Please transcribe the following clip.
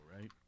right